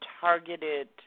targeted